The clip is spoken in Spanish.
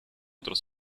otros